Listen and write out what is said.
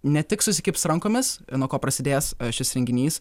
ne tik susikibs rankomis nuo ko prasidės šis renginys